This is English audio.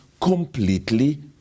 completely